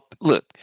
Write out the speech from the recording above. look